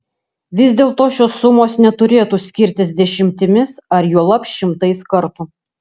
vis dėlto šios sumos neturėtų skirtis dešimtimis ar juolab šimtais kartų